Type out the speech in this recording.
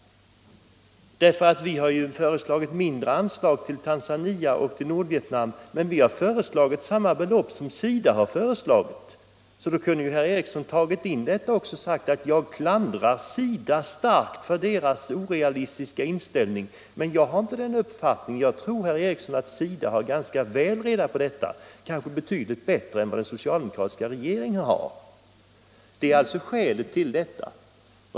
Vi har visserligen föreslagit mindre anslag till Tanzania och Nordvietnam, men vi har föreslagit samma belopp som SIDA, så herr Ericson kunde ju också ha sagt att han starkt klandrar SIDA för dess orealistiska inställning. Jag har emellertid inte samma uppfattning, herr Ericson, utan jag tror att SIDA har väl reda på sig i dessa saker; kanske betydligt bättre än vad den socialdemokratiska regeringen har. - Det var alltså skälet till vår inställning.